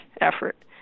effort